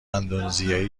اندونزیایی